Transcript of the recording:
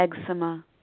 eczema